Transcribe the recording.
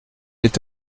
est